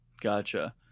Gotcha